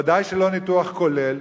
וודאי שלא ניתוח כולל.